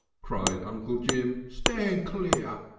cried uncle jim, stand clear!